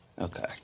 Okay